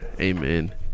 Amen